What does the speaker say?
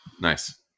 Nice